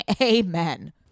Amen